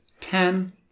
Ten